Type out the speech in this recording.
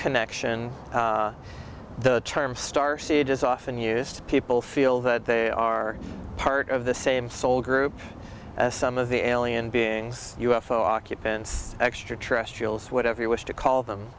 connection the term starseed is often used to people feel that they are part of the same soul group as some of the alien beings u f o occupants extra terrestrials whatever you wish to call them